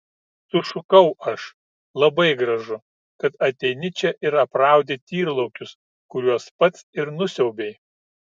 sušukau aš labai gražu kad ateini čia ir apraudi tyrlaukius kuriuos pats ir nusiaubei